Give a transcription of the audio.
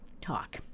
talk